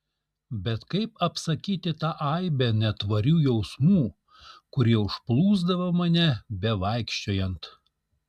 bet kaip apsakyti tą aibę netvarių jausmų kurie užplūsdavo mane bevaikščiojant